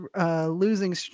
Losing